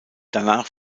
danach